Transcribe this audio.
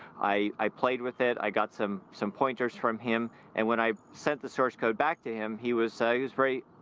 i, i played with it. i got some, some pointers from him. and when i sent the source code back to him, he was so he was very,